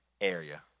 area